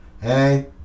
hey